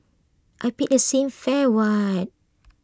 I paid the same fare what